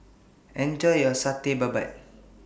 Enjoy your Satay Babat